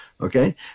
okay